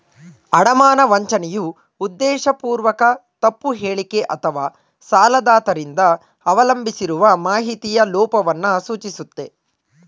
ಅಡಮಾನ ವಂಚನೆಯು ಉದ್ದೇಶಪೂರ್ವಕ ತಪ್ಪು ಹೇಳಿಕೆ ಅಥವಾಸಾಲದಾತ ರಿಂದ ಅವಲಂಬಿಸಿರುವ ಮಾಹಿತಿಯ ಲೋಪವನ್ನ ಸೂಚಿಸುತ್ತೆ